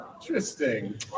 Interesting